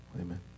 Amen